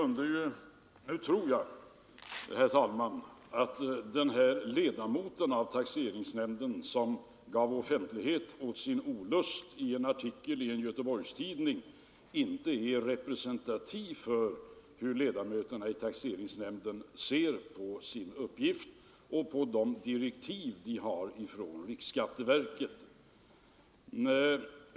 Nu tror jag, herr talman, att den ledamot av taxeringsnämnden som gav offentlighet åt sin olust i en artikel i en Göteborgstidning inte är representativ för hur ledamöterna i taxeringsnämnderna ser på sin uppgift och på de direktiv de har från riksskatteverket.